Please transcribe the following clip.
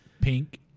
Pink